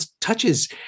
touches